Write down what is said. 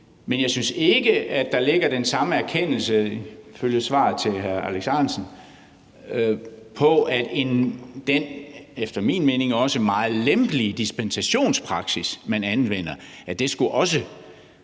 Men jeg synes ikke, at der ligger den samme erkendelse, ifølge svaret til hr. Alex Ahrendtsen, af, at den efter min mening også meget lempelige dispensationspraksis, man anvender, også skulle